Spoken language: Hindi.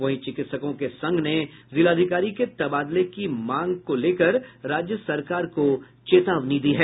वहीं चिकित्सकों के संघ ने जिलाधिकारी के तबादले की मांग को लेकर राज्य सरकार को चेतावनी दी है